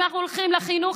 אם אנחנו הולכים לחינוך,